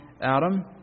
Adam